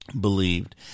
believed